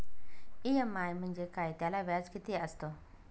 EMI म्हणजे काय? त्याला व्याज किती असतो?